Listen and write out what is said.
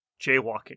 jaywalking